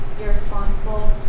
irresponsible